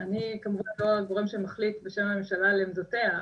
אני כמובן לא הגורם שמחליט בשם הממשלה על עמדותיה,